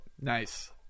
Nice